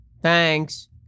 thanks